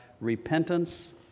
repentance